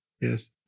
Yes